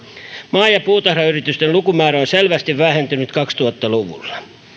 maa ja puutarhayritysten lukumäärä on selvästi vähentynyt kaksituhatta luvulla